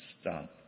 stop